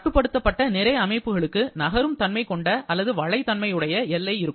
கட்டுப்படுத்தப்பட்ட நிறை அமைப்புகளுக்கு நகரும் தன்மை கொண்ட அல்லது வளை தன்மையுடைய எல்லை இருக்கும்